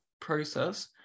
process